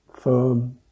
firm